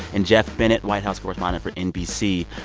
and geoff bennett, white house correspondent for nbc.